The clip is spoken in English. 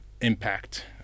impact